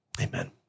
Amen